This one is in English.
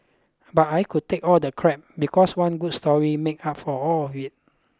but I could take all the crap because one good story made up for all of it